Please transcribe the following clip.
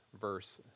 verse